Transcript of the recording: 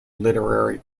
literary